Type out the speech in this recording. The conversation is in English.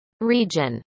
region